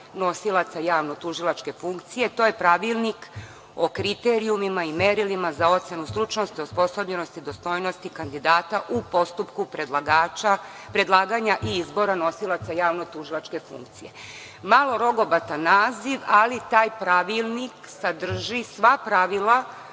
nosilaca javnotužilačke funkcije. To je Pravilnik o kriterijumima i merilima za ocenu stručnosti, osposobljenosti, dostojnosti kandidata u postupku predlaganja i izbora nosilaca javnotužilačke funkcije. Malo rogobatan naziv, ali taj pravilnik sadrži sva pravila